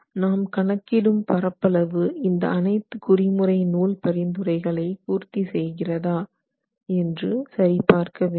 நாம் கணக்கிடும் பரப்பளவு இந்த அனைத்து குறிமுறை நூல் பரிந்துரைகளை பூர்த்திசெய்கிறதா என்று சரி பார்க்க வேண்டும்